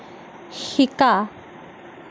শিকা